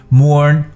mourn